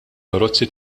karozzi